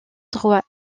droit